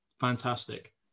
fantastic